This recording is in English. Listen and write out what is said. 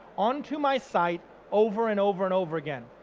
onto my site over and over and over again.